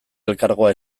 elkargoa